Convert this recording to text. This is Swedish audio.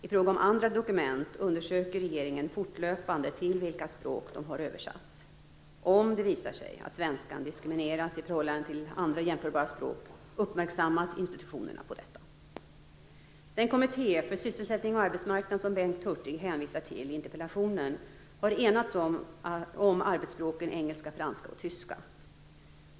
I fråga om andra dokument undersöker regeringen fortlöpande till vilka språk de har översatts. Om det visar sig att svenskan diskrimineras i förhållande till andra jämförbara språk uppmärksammas institutionerna på detta. Den kommitté för sysselsättning och arbetsmarknad som Bengt Hurtig hänvisar till i interpellationen har enats om arbetsspråken engelska, franska och tyska.